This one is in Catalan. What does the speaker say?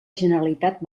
generalitat